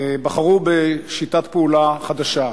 בחרו בשיטת פעולה חדשה.